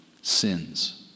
sins